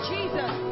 Jesus